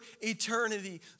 eternity